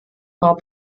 frau